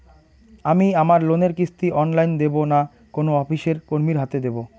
আমি আমার লোনের কিস্তি অনলাইন দেবো না কোনো অফিসের কর্মীর হাতে দেবো?